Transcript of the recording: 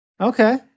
Okay